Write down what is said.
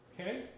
Okay